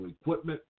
equipment